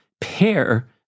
pair